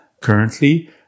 currently